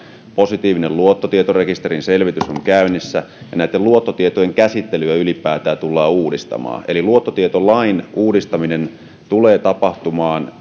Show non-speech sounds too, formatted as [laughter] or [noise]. positiivisen luottotietorekisterin selvitys on käynnissä ja luottotietojen käsittelyä ylipäätään tullaan uudistamaan eli luottotietolain uudistaminen tulee tapahtumaan [unintelligible]